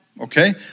Okay